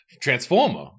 Transformer